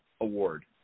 award